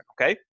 okay